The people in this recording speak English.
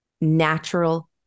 natural